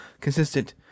consistent